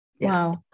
Wow